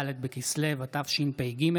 ד' בכסלו התשפ"ג,